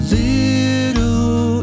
little